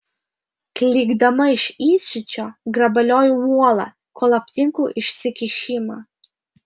klykdama iš įsiūčio grabalioju uolą kol aptinku išsikišimą